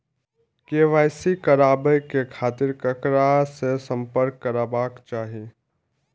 KYC कराबे के खातिर ककरा से संपर्क करबाक चाही?